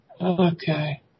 Okay